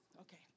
okay